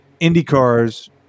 IndyCars